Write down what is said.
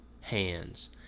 hands